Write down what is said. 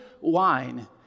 wine